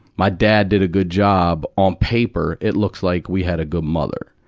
my dad did a good job, on paper, it looks like we had a good mother.